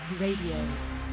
Radio